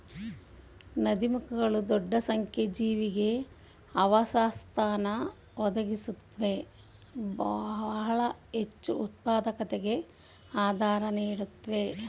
ನದೀಮುಖಗಳು ದೊಡ್ಡ ಸಂಖ್ಯೆ ಜೀವಿಗೆ ಆವಾಸಸ್ಥಾನ ಒದಗಿಸುತ್ವೆ ಬಹಳ ಹೆಚ್ಚುಉತ್ಪಾದಕತೆಗೆ ಆಧಾರ ನೀಡುತ್ವೆ